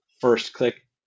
first-click